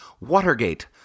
Watergate